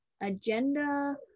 agenda